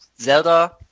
Zelda